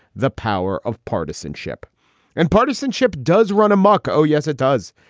the power of partisanship and partisanship does run amuck. oh, yes, it does.